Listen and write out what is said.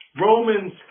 Romans